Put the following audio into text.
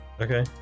Okay